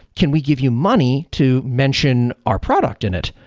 can we give you money to mention our product in it?